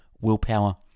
willpower